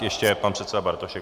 Ještě pan předseda Bartošek.